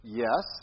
yes